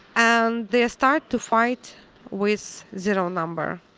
and they start to fight with zero number.